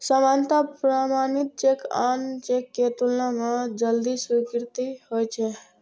सामान्यतः प्रमाणित चेक आन चेक के तुलना मे जल्दी स्वीकृत होइ छै